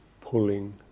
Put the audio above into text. pulling